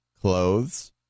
clothes